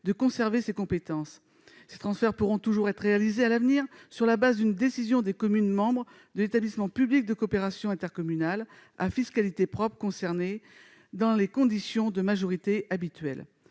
de conserver ces compétences. Elles pourront toujours être transférées à l'avenir, sur la base d'une décision des communes membres de l'établissement public de coopération intercommunale à fiscalité propre, dans les conditions de majorité habituelle.